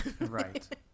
Right